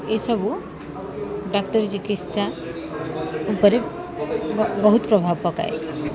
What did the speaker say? ଏସବୁ ଡାକ୍ତରୀ ଚିକିତ୍ସା ଉପରେ ବହୁତ ପ୍ରଭାବ ପକାଏ